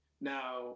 Now